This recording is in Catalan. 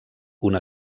una